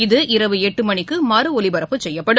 இது இரவு எட்டுமணிக்கு மறு ஒலிபரப்பு செய்யப்படும்